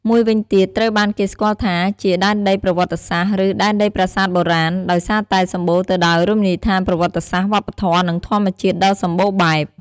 មួយវិញទៀត ត្រូវបានគេស្គាល់ថាជា "ដែនដីប្រវត្តិសាស្ត្រ" ឬ "ដែនដីប្រាសាទបុរាណ" ដោយសារតែសម្បូរទៅដោយរមណីយដ្ឋានប្រវត្តិសាស្ត្រ វប្បធម៌ និងធម្មជាតិដ៏សំបូរបែប។